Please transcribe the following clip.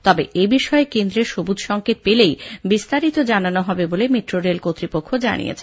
তবে এবিষয়ে কেন্দ্রের সবুজ সঙ্কেত পেলে তবেই বিস্তারিত জানানো হবে বলে মেট্রোরেল কর্তৃপক্ষ জানিয়েছে